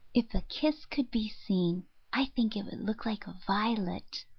if a kiss could be seen i think it would look like a violet,